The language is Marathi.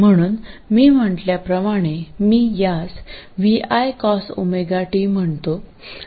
म्हणून मी म्हटल्याप्रमाणे मी यास vi cosωt म्हणतो